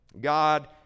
God